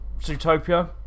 Zootopia